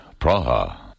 Praha